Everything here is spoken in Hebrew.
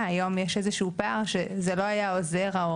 היום יש איזשהו פער שההורדה לא הייתה עוזרת.